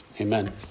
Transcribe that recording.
Amen